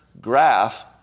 graph